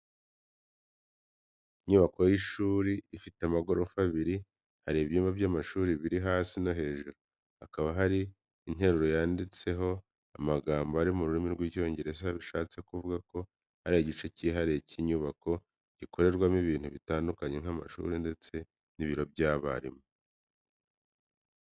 Inyubako y’ishuri ifite amagorofa abiri hari ibyumba by’amashuri biri hasi no hejuru, hakaba hari interuro yanditseho amagambo ari mu rurimi rw'Icyongereza bishatse kuvuga ko ari igice cyihariye cy’inyubako gikorerwamo ibintu bitandukanye nk'amashuri ndetse n'ibiro by’abarimu.